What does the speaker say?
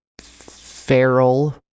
feral